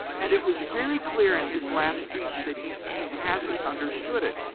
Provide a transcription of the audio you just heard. and it was very clear in his last speech that he he hasn't understood it.